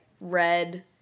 red